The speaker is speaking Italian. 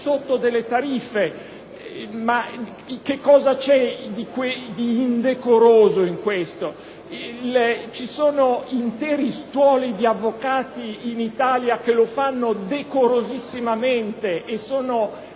sotto delle tariffe. Ma che cosa c'è di indecoroso in questo? Ci sono interi stuoli di avvocati, in Italia, che lo fanno molto decorosamente e